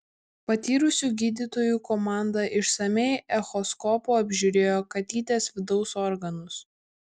patyrusių gydytojų komanda išsamiai echoskopu apžiūrėjo katytės vidaus organus